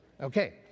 Okay